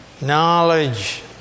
Knowledge